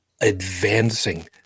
advancing